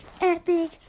epic